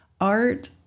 Art